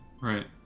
Right